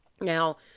Now